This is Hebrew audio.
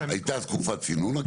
הייתה תקופת צינון,